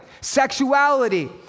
Sexuality